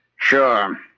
Sure